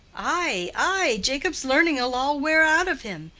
ay, ay, jacob's learning ill all wear out of him.